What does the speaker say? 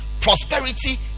prosperity